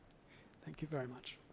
thank you very much.